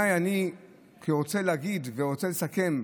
אני רוצה להגיד, לסכם,